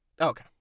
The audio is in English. Okay